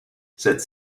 cette